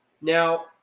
Now